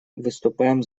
выступаем